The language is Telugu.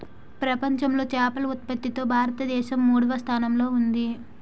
ప్రపంచంలో చేపల ఉత్పత్తిలో భారతదేశం మూడవ స్థానంలో ఉంది